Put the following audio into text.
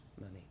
money